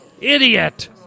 Idiot